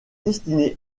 destinée